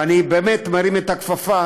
ואני באמת מרים את הכפפה,